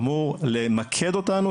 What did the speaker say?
אמור למקד אותנו,